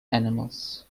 animals